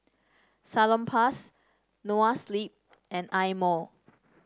Salonpas Noa Sleep and Eye Mo